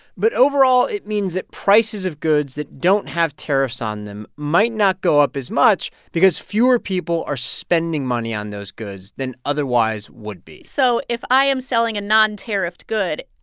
but overall, it means that prices of goods that don't have tariffs on them might not go up as much because fewer people are spending money on those goods than otherwise would be so if i am selling a non-tariffed good,